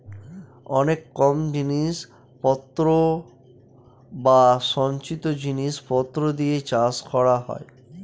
অনেক কম জিনিস পত্র বা সঞ্চিত জিনিস পত্র দিয়ে চাষ করা হয়